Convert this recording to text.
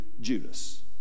Judas